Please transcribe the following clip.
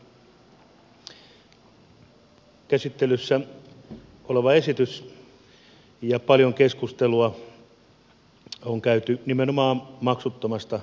koskien käsittelyssä olevaa esitystä paljon keskustelua on käyty nimenomaan maksuttomasta kalastusoikeudesta